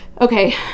Okay